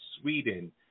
Sweden